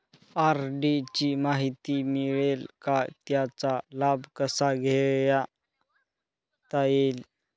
RD ची माहिती मिळेल का, त्याचा लाभ कसा घेता येईल?